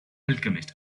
alchemist